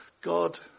God